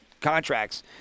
contracts